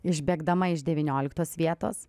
išbėgdama iš devynioliktos vietos